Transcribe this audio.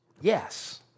Yes